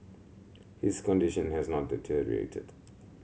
his condition has not deteriorated